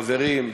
חברים,